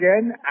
again